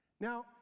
Now